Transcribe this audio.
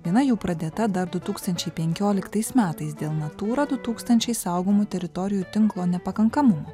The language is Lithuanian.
viena jų pradėta dar du tūkstančiai penkioliktais metais dėl natūra du tūkstančiai saugomų teritorijų tinklo nepakankamumo